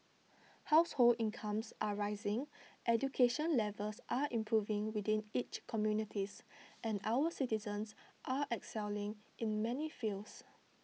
household incomes are rising education levels are improving within each communities and our citizens are excelling in many fields